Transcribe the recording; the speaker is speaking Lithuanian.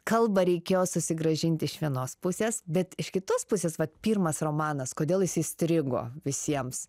kalbą reikėjo susigrąžint iš vienos pusės bet iš kitos pusės vat pirmas romanas kodėl jis įstrigo visiems